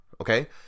Okay